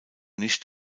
nicht